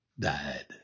died